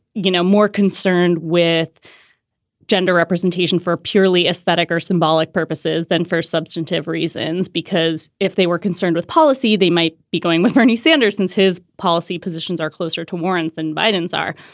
you know, more concerned with gender representation for purely aesthetic or symbolic purposes than for substantive reasons. because if they were concerned with policy, they might be going with bernie sanders since his policy positions are closer to warren and biden's are.